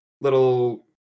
little